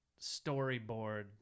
storyboard